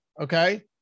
okay